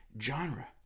genre